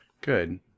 Good